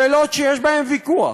שאלות שיש בהן ויכוח,